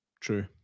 True